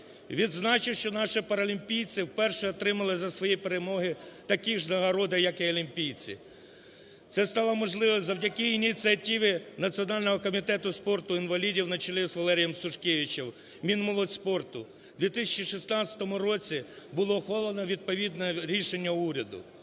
Відзначу, що наші паралімпійці вперше отримали за свої перемоги такі ж нагороди, як і олімпійці. Це стало можливим завдяки ініціативі Національного комітету спорту інвалідів на чолі з Валерієм Сушкевичем, Мінмолодь спорту. В 2016 році було ухвалено відповідне рішення уряду.